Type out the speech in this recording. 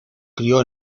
crio